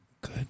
good